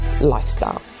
Lifestyle